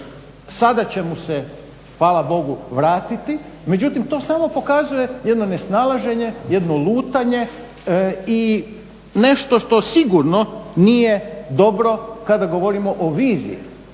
sada će mu se hvala Bogu vratiti. Međutim to samo pokazuje jedno nesnalaženje, jedno lutanje i nešto što sigurno nije dobro kada govorimo o viziji